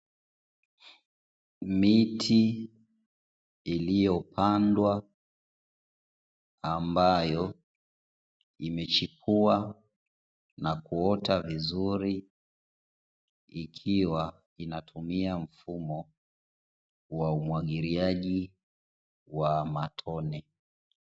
Miti iliyopandwa ambayo, imechipuwa na kuota vizuri ikiwa inatumia mfumo wa umwagiliaji wa matone.